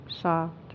Soft